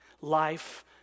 Life